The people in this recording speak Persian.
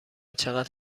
چقدر